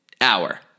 hour